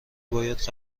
باید